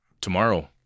Tomorrow